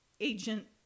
agent